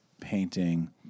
painting